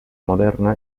moderna